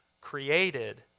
created